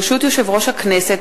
ברשות יושב-ראש הכנסת,